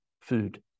food